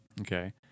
Okay